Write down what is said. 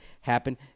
happen